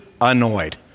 annoyed